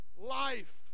life